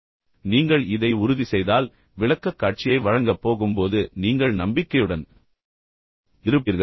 இப்போது நீங்கள் இதை உறுதிசெய்தால் நீங்கள் விளக்கக்காட்சியை வழங்கப் போகும்போது நீங்கள் மிகவும் நம்பிக்கையுடன் இருப்பீர்கள்